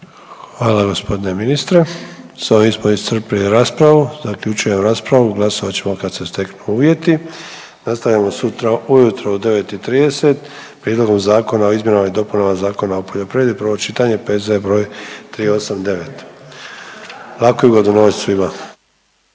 Hvala g. ministre. S ovim smo iscrpili raspravu, zaključujem raspravu, glasovat ćemo kad se steknu uvjeti. Nastavljamo sutra ujutro u 9,30 Prijedlogom zakona o izmjenama i dopunama Zakona o poljoprivredi, prvo čitanje, P.Z.E. br. 389. Laku i ugodnu noć svima.